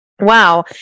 Wow